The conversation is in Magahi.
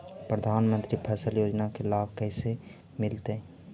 प्रधानमंत्री फसल योजना के लाभ कैसे मिलतै?